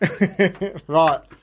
right